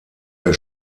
der